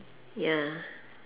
ya